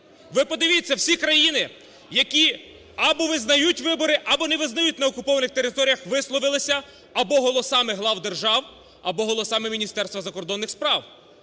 Ви подивіться, всі країни або визнають вибори, або не визнають, на окупованих територіях висловилися або голосами глав держав, або голосами Міністерства закордонних справ.